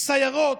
סיירות,